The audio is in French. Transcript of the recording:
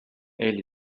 elle